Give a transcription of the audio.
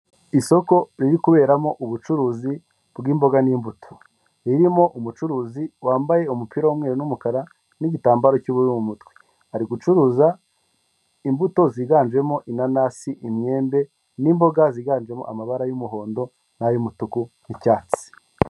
Isoko riri kuberamo ubucuruzi bw'imboga n'imbuto, ririmo umucuruzi wambaye umupira w'umweru n'umukara n'igitambaro cy'ubururu mutwe, ari gucuruza imbuto ziganjemo inanasi imyembe n'imboga ziganjemo amabara y'umuhondo n'ay'umutuku n'icyatsi.